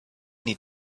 need